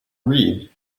read